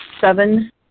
seven